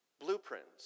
blueprints